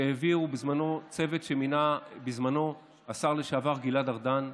שהביא בזמנו צוות שמינה בזמנו השר לשעבר גלעד ארדן.